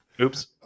Oops